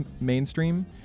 mainstream